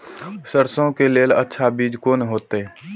सरसों के लेल अच्छा बीज कोन होते?